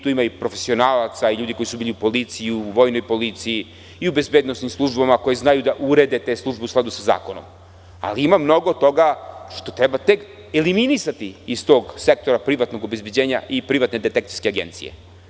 Tu ima i profesionalaca i ljudi koji su bili u policiji, u vojnoj policiji, i u bezbednosnim službama koje znaju da urede te službe u skladu sa zakonom, ali ima mnogo toga što treba tek eliminisati iz tog sektora privatnog obezbeđenja i privatne detektivske agencije.